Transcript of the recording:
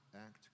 act